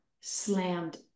slammed